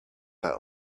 that